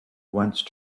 once